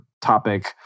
topic